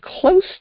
close